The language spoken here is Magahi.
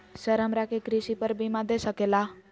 सर हमरा के कृषि पर बीमा दे सके ला?